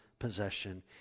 Possession